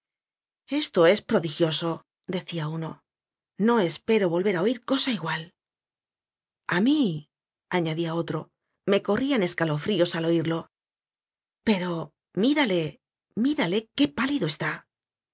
esto es prodigiosodecía tino no es pero volver a oir cosa igual a mí añadía otrome corrían escalo fríos al oirlo pero mírale mírale qué pálido está